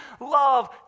Love